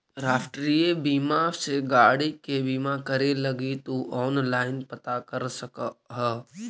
राष्ट्रीय बीमा से गाड़ी के बीमा करे लगी तु ऑनलाइन पता कर सकऽ ह